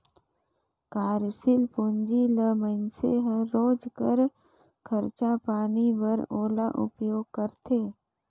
कारसील पूंजी ल मइनसे हर रोज कर खरचा पानी बर ओला उपयोग करथे